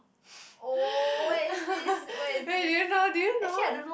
wait did you know did you know